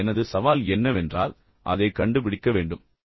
இப்போது எனது சவால் என்னவென்றால் அதை கண்டுபிடிக்க வேண்டும்